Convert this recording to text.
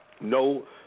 No